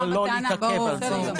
אבל לא להתעכב על זה יותר מדי.